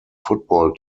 football